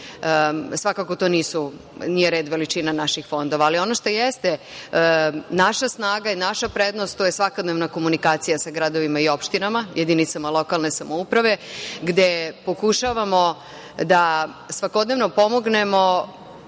Svakako to nije red veličina naših fondova. Ali, ono što jeste naša snaga i naša prednost, to je svakodnevna komunikacija sa gradovima i opštinama, jedinicama lokalne samouprave, gde pokušavamo da svakodnevno pomognemo